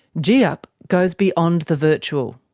giiup goes beyond the virtual.